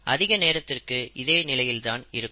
அதிக நேரத்திற்கு இதே நிலையில்தான் இருக்கும்